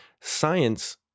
science